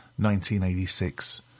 1986